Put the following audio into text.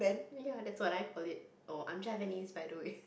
ya that's what I called it orh I'm Javanese by the way